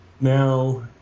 now